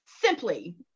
Simply